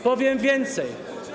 Powiem więcej.